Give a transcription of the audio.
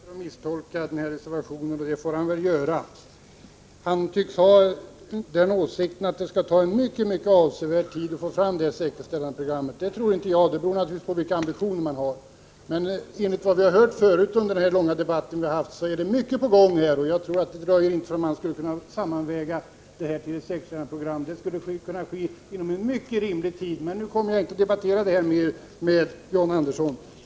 Fru talman! John Andersson fortsätter att misstolka reservationen, och det får han väl göra. Han tycks ha åsikten att det skall ta en mycket avsevärd tid att få fram ett säkerställandeprogram. Det tror inte jag — det beror naturligtvis på vilka ambitioner man har. Men enligt vad vi har hört förut under den långa debatt vi haft är mycket på gång på det här området, och jag tror inte det skulle behöva dröja förrän man kunde sammanväga intressena till ett säkerställandeprogram. Det skulle kunna ske inom en mycket rimlig tid. Men nu kommer jag inte att debattera det här mer med John Andersson.